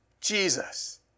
Jesus